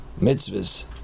mitzvahs